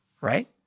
right